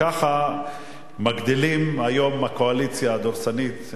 ככה מגדילים היום הקואליציה הדורסנית,